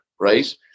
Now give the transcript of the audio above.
right